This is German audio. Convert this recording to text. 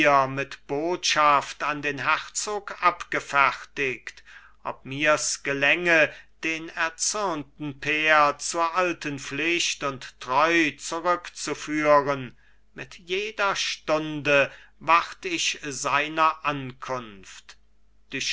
mit botschaft an den herzog abgefertigt ob mirs gelänge den erzürnten pair zur alten pflicht und treu zurückzuführen mit jeder stunde wart ich seiner ankunft